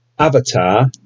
Avatar